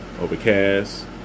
overcast